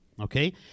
okay